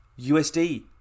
USD